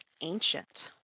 ancient